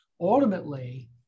ultimately